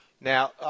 Now